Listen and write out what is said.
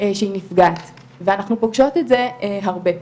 שהיא נפגעת ואנחנו פוגשות את זה הרבה.